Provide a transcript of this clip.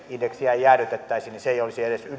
indeksiä ei jäädytettäisi niin se ei olisi edes